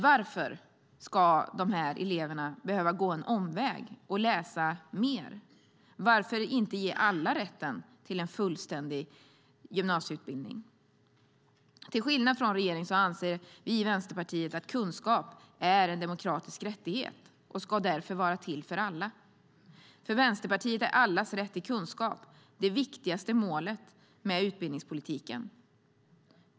Varför ska dessa elever behöva gå en omväg och läsa mer? Varför inte ge alla rätten till en fullständig gymnasieutbildning? Till skillnad från regeringen anser vi i Vänsterpartiet att kunskap är en demokratisk rättighet och därför ska vara till för alla. För Vänsterpartiet är allas rätt till kunskap det viktigaste målet med utbildningspolitiken.